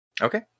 Okay